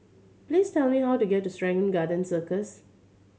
please tell me how to get to Serangoon Garden Circus